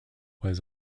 was